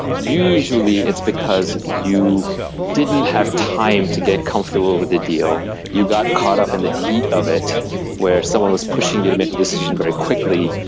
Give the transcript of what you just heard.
usually it's because you didn't have time to get comfortable with the deal. you got caught up in the heat of it where someone was pushing you to make a decision very quickly.